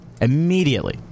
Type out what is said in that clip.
Immediately